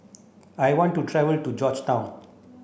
I want to travel to Georgetown